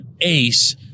ace